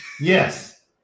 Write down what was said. yes